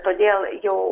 todėl jau